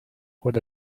what